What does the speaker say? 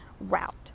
route